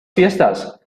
fiestas